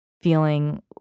feeling